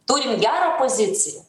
turim gerą poziciją